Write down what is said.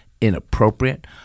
inappropriate